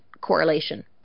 correlation